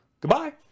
Goodbye